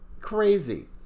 crazy